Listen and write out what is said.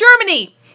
Germany